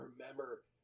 remember